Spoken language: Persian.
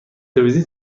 ویزیت